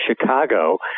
Chicago